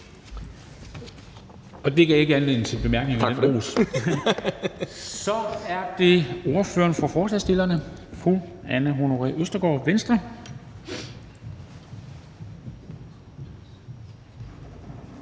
Det gav ikke anledning til bemærkninger, men ros! Så er det ordføreren for forslagsstillerne, fru Anne Honoré Østergaard, Venstre.